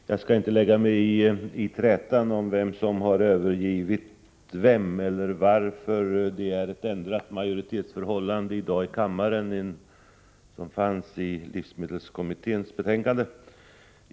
Herr talman! Jag skall inte lägga mig i trätan om vem som har övergivit vem eller varför det är ett annat majoritetsförhållande i dag i kammaren än det var i livsmedelskommitténs betänkande.